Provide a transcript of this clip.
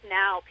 now